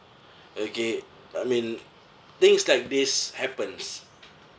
okay I mean things like this happens